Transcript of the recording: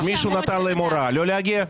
מישהו נתן הוראה לא להגיע.